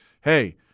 hey